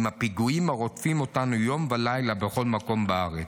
עם הפיגועים הרודפים אותנו יום ולילה בכל מקום בארץ.